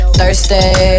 Thursday